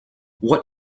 what